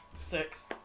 Six